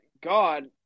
God